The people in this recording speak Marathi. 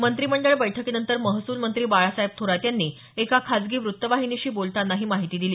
मंत्रिमंडळ बैठकीनंतर महसूल मंत्री बाळासाहेब थोरात यांनी एका खासगी व्रत्तवाहिनीशी बोलताना ही माहिती दिली